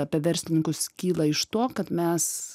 apie verslininkus kyla iš to kad mes